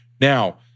now